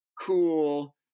cool